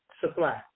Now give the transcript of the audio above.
supply